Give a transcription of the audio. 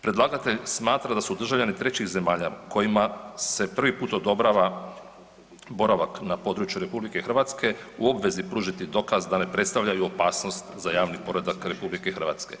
Predlagatelj smatra da su državljani trećih zemalja kojima se prvi put odobrava boravak na području RH u obvezi pružiti dokaz da ne predstavljaju opasnost za javni poredak RH.